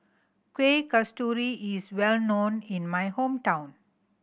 Kuih Kasturi is well known in my hometown